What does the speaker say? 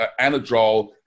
Anadrol